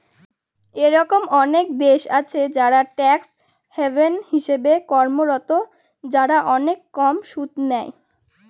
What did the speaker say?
এরকম অনেক দেশ আছে যারা ট্যাক্স হ্যাভেন হিসেবে কর্মরত, যারা অনেক কম সুদ নেয়